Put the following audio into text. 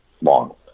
long